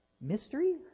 Mystery